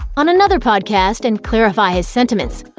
on another podcast and clarify his sentiments.